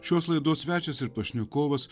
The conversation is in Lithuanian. šios laidos svečias ir pašnekovas